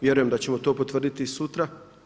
Vjerujem da ćemo to potvrditi i sutra.